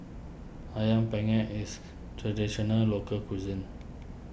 Ayam Panggang is Traditional Local Cuisine